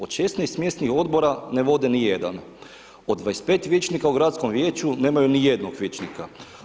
Od 16 mjesnih odbora ne vode ni jedan, od 25 vijećnika u gradskom vijeću nemaju ni jednog vijećnika.